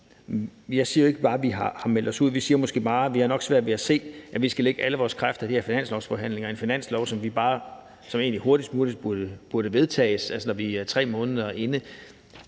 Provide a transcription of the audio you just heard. Jeg siger jo ikke, at vi har meldt os ud. Vi siger måske bare, at vi nok har svært ved at se, at vi skal lægge alle vores kræfter i de her finanslovsforhandlinger i forbindelse med en finanslov, som egentlig hurtigst muligt burde vedtages, altså når vi er 3 måneder inde